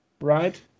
right